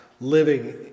living